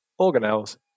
organelles